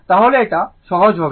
তাহলে এটা সহজ হবে